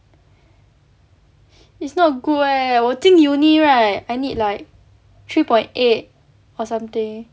is not good eh 我进 uni right I need like three point eight or something